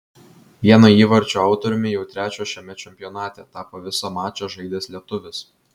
vieno įvarčio autoriumi jau trečio šiame čempionate tapo visą mačą žaidęs lietuvis